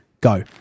go